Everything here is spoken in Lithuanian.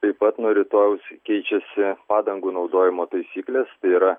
taip pat nuo rytojaus keičiasi padangų naudojimo taisyklės tai yra